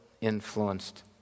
influenced